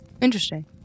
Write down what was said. Interesting